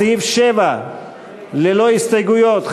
סעיף 7 ללא הסתייגויות,